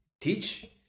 teach